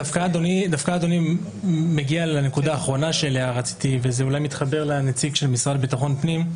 אני רוצה להתחבר לנציג של המשרד לביטחון הפנים.